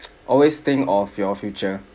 always think of your future